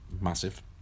massive